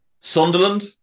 Sunderland